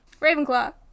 Ravenclaw